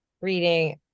reading